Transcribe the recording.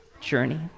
journey